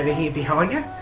here behind you,